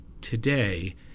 today